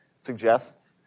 suggests